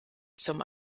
zum